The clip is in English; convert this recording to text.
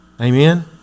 Amen